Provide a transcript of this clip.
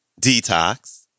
Detox